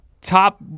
top